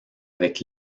avec